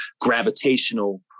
gravitational